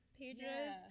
pages